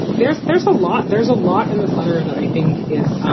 there's there's a lot there's a lot in this letter that i think is,